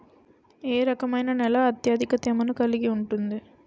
ఏ రకమైన నేల అత్యధిక తేమను కలిగి ఉంటుంది?